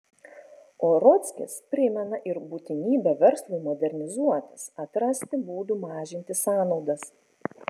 o rudzkis primena ir būtinybę verslui modernizuotis atrasti būdų mažinti sąnaudas